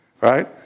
Right